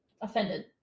offended